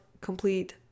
complete